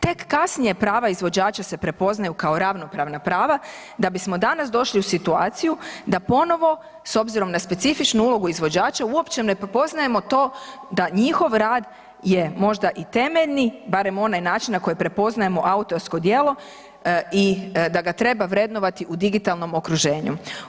Tek kasnije prava izvođača se prepoznaju kao ravnopravna prava da bismo danas došli u situaciju da ponovo s obzirom na specifičnu ulogu izvođača, uopće ne prepoznajemo to da njihov rad je možda i temeljni, barem onaj način na koji prepoznajemo autorsko djelo, i da ga treba vrednovati u digitalnom okruženju.